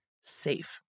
safe